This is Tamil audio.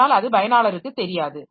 ஆனால் அது பயனாளருக்குத் தெரியாது